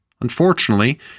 Unfortunately